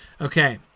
Okay